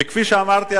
וכפי שאמרתי,